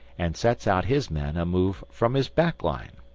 and sets out his men a move from his back line.